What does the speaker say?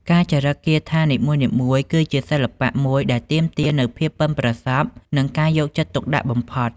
ការចារិកគាថានីមួយៗគឺជាសិល្បៈមួយដែលទាមទារនូវភាពប៉ិនប្រសប់និងការយកចិត្តទុកដាក់បំផុត។